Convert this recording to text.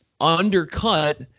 undercut